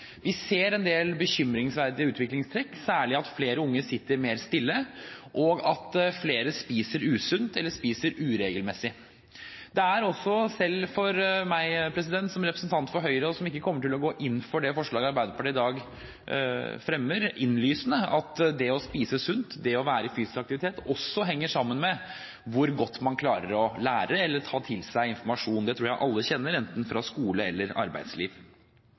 Vi ser en del bekymringsverdige utviklingstrekk, særlig at flere unge sitter mer stille, og at flere spiser usunt eller spiser uregelmessig. Det er også, selv for meg som representant for Høyre, som ikke kommer til å gå inn for det forslaget Arbeiderpartiet i dag fremmer, innlysende at det å spise sunt og det å være i fysisk aktivitet også henger sammen med hvor godt man klarer å lære eller ta til seg informasjon. Det tror jeg alle kjenner enten fra skole eller fra arbeidsliv.